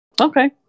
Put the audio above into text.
Okay